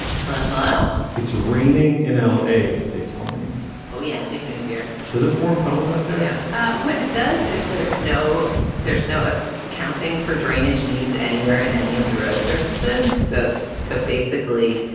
hello. hello. it's raining in l a, they tell me oh, yeah. big news here. does it form puddles out there? yeah what it does is there's no there's no ah counting for drainage needs anywhere in any of the red surfaces said. so basically,